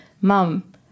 mom